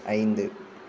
ஐந்து